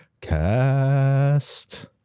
cast